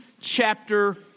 chapter